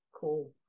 cool